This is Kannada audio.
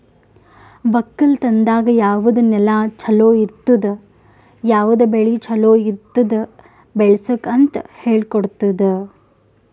ಒಕ್ಕಲತನದಾಗ್ ಯಾವುದ್ ನೆಲ ಛಲೋ ಇರ್ತುದ, ಯಾವುದ್ ಬೆಳಿ ಛಲೋ ಇರ್ತುದ್ ಬೆಳಸುಕ್ ಅಂತ್ ಹೇಳ್ಕೊಡತ್ತುದ್